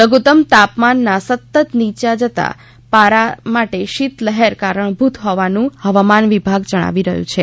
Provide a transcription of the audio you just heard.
લધુત્તમ તાપમાનના સતત નીયા જતાં પારા માટે શીતલહેર કારણભૂત હોવાનું હવામાન વિભાગ જણાવી રહ્યું છે